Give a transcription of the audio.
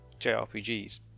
JRPGs